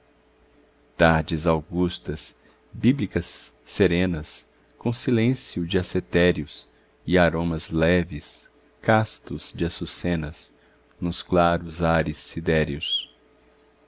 tardes augustas bíblicas serenas com silencio de ascetérios e aromas leves castos de açucenas nos claros ares sidéreos